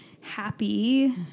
happy